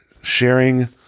sharing